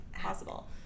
possible